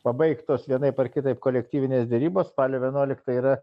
pabaigtos vienaip ar kitaip kolektyvinės derybos spalio vienuoliktą yra